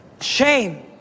Shame